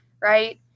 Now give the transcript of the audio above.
Right